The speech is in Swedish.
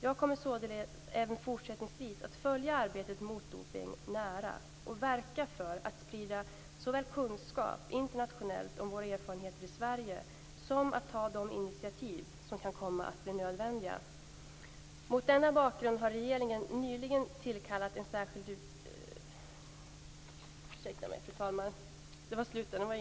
Jag kommer således även fortsättningsvis att följa arbetet mot dopning nära och verka för att såväl sprida kunskap internationellt om våra erfarenheter i Sverige som ta de initiativ som kan komma att bli nödvändiga.